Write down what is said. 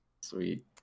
sweet